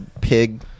pig